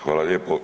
Hvala lijepo.